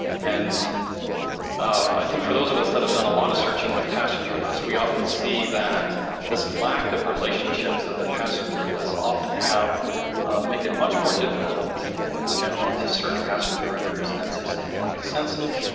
and i think for those of us that have done a lot of searching with passenger lists, we often see that this lack of relationships that that passenger lists often have make it much more difficult in general to search passenger records than say something like a census.